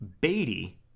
Beatty